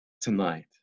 tonight